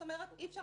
זאת אומרת, אי-אפשר